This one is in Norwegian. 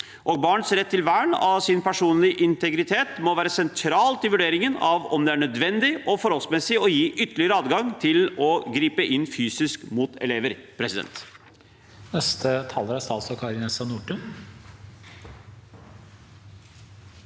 Barns rett til vern av deres personlige integritet må være sentralt i vurderingen av om det er nødvendig og forholdsmessig å gi ytterligere adgang til å gripe inn fysisk mot elever.